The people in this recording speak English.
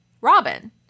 Robin